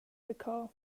daco